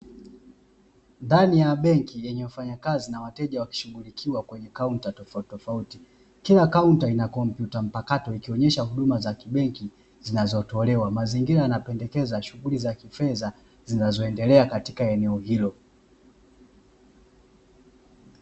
Ndani ya benki yenye wafanyakazi na wateja wakishughulikiwa kila kaunta inakompyuta mpakato mazingira ya kibenki yana ashiria shughuli zinazo endelea eneo hilo